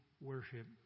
worship